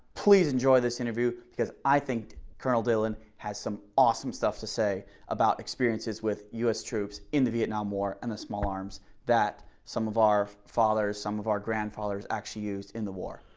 please enjoy this interview because i think colonel dylan has some awesome stuff to say about experiences with us troops in the vietnam war and the small arms that some of our fathers, some of our grandfathers actually use in the war.